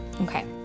Okay